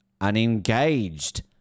unengaged